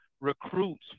recruits